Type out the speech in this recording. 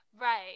right